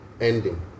ending